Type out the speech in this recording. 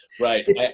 Right